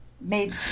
made